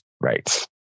right